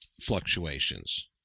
fluctuations